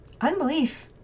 unbelief